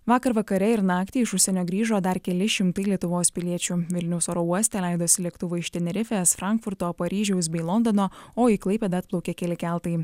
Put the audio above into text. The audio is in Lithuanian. vakar vakare ir naktį iš užsienio grįžo dar keli šimtai lietuvos piliečių vilniaus oro uoste leidosi lėktuvai iš tenerifės frankfurto paryžiaus bei londono o į klaipėdą atplaukė keli keltai